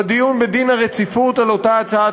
בדיון בהחלת דין הרציפות על אותה הצעת